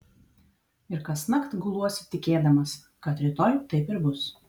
ir kasnakt guluosi tikėdamas kad rytoj taip ir bus